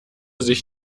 sich